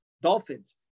dolphins